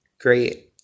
great